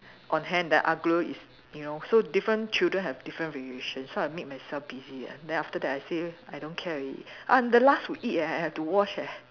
on hand the Aglio is you know so different children have different variation so I make myself busy eh then after that I say I don't care already I'm the last to eat eh I have to wash eh